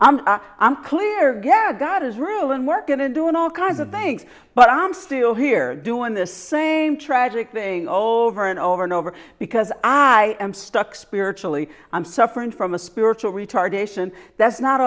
way i'm clear gad god is real and we're going to do it all kinds of things but i'm still here doing the same tragic thing over and over and over because i am stuck spiritually i'm suffering from a spiritual retardation that's not